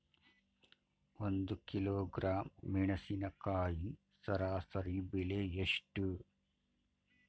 ಒಂದು ಕಿಲೋಗ್ರಾಂ ಮೆಣಸಿನಕಾಯಿ ಸರಾಸರಿ ಬೆಲೆ ಎಷ್ಟು?